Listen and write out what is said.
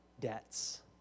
debts